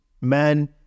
man